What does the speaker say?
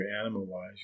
animal-wise